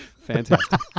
Fantastic